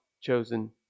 chosen